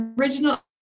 original